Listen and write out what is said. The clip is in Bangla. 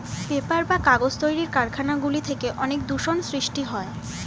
পেপার বা কাগজ তৈরির কারখানা গুলি থেকে অনেক দূষণ সৃষ্টি হয়